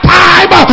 time